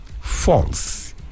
false